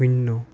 শূন্য